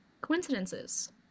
coincidences